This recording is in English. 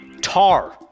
TAR